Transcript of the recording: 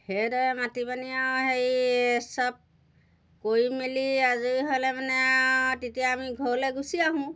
সেইদৰে মাতি পানি আৰু হেৰি সব কৰি মেলি আজৰি হ'লে মানে আৰু তেতিয়া আমি ঘৰলৈ গুচি আহোঁ